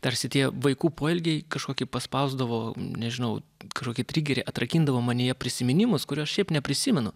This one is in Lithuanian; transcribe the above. tarsi tie vaikų poelgiai kažkokį paspausdavo nežinau kažkokį trigerį atrakindavo manyje prisiminimus kurių aš šiaip neprisimenu